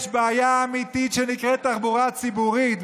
יש בעיה אמיתית שנקראת תחבורה ציבורית,